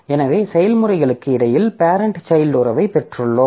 எனவே செயல்முறைகளுக்கு இடையில் பேரெண்ட் சைல்ட் உறவைப் பெற்றுள்ளோம்